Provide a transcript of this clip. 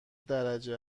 درجه